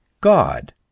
God